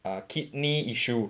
ah kidney issue